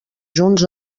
junts